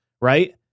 right